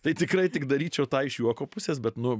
tai tikrai tik daryčiau tą iš juoko pusės bet nu